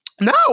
No